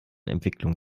entwicklung